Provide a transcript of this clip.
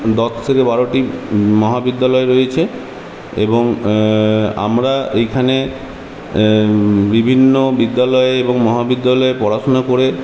দশ থেকে বারোটি মহাবিদ্যালয় রয়েছে এবং আমরা এইখানে বিভিন্ন বিদ্যালয় এবং মহাবিদ্যালয়ে পড়াশোনা করে